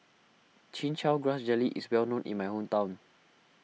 Chin Chow Grass Jelly is well known in my hometown